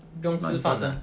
不用吃饭 ah